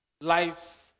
life